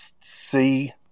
see